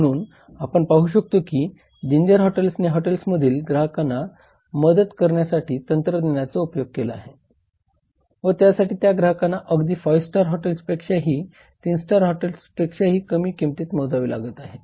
म्हणून आपण पाहू शकतो की जिंजर हॉटेल्सने हॉटेलमधील ग्राहकांना मदत मदत करण्यासाठी तंत्रज्ञानाचा उपयोग केला व त्यासाठी त्या ग्राहकांना अगदी 5 स्टार हॉटेलपेक्षा किंवा 3 स्टार हॉटेल पेक्षाही कमी किंमत मोजावी लागेल